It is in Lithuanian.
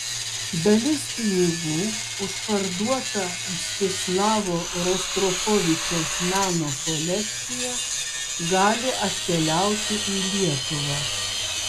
dalis pinigų už parduotą mstislavo rostropovičiaus meno kolekciją gali atkeliauti į lietuvą